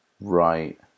Right